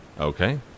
Okay